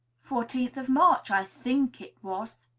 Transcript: fourteenth of march, i think it was,